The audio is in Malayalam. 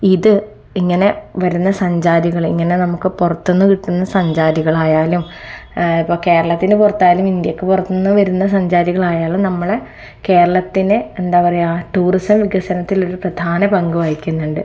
ഇത് ഇങ്ങനെ വരുന്ന സഞ്ചാരികൾ ഇങ്ങനെ നമുക്ക് പുറത്തുന്നു കിട്ടുന്ന സഞ്ചാരികളായാലും ഇപ്പോൾ കേരളത്തിന് പുറത്തായാലും ഇന്ത്യക്ക് പുറത്ത്ന്നു വരുന്ന സഞ്ചാരികളായാലും നമ്മളെ കേരളത്തിനെ എന്താ പറയാ ടൂറിസം വികസനത്തിൽ ഒരു പ്രധാന പങ്കു വഹിക്കുന്നുണ്ട്